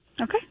Okay